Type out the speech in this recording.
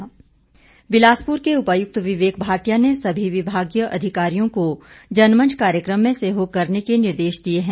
जनमंच बिलासपुर के उपायुक्त विवेक भाटिया ने सभी विभागीय अधिकारियों को जनमंच कार्यक्रम में सहयोग करने के निर्देश दिए है